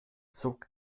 zog